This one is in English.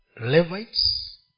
Levites